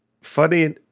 Funny